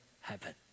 happen